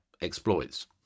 exploits